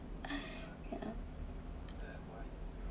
yeah